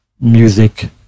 music